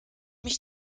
mich